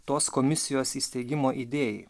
tos komisijos įsteigimo idėjai